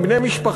עם בני משפחתו?